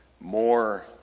more